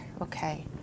okay